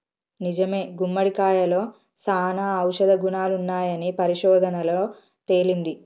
నిజమే గుమ్మడికాయలో సానా ఔషధ గుణాలున్నాయని పరిశోధనలలో తేలింది